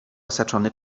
osaczony